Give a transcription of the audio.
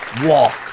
walk